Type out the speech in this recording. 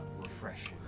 refreshing